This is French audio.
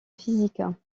physique